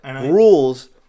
rules